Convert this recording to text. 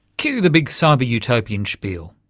cue the big cyber-utopian spiel.